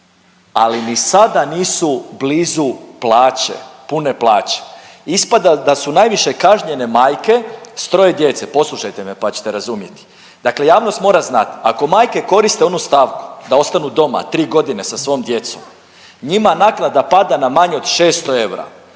ali ni sada nisu blizu plaće, pune plaće. Ispada da su najviše kažnjene majke s troje djece. Poslušajte me pa ćete razumjeti. Dakle, javnost mora znati ako majke koriste onu stavku da ostanu doma 3 godine sa svojom djecom njima naknada pada na manje od 600 eura.